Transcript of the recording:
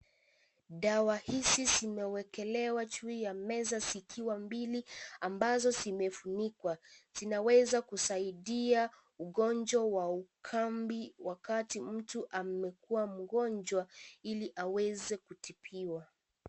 Dawa hizi zimewekelewa juu ya meza zikiwa mbili ambazo zimefunikwa zinaweza kusaidia ugonjwa wa ukambi wakati mtu amekuwa mgonjwa ili aweze kutibiwa